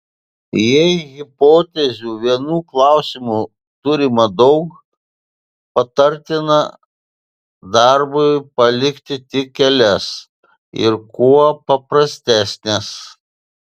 jei hipotezių vienu klausimu turima daug patartina darbui palikti tik kelias ir kuo paprastesnes